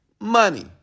money